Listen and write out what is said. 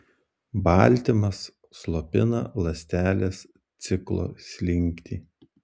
baltymas slopina ląstelės ciklo slinktį